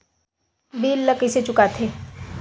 bill ला कइसे चुका थे